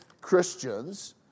Christians